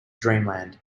dreamland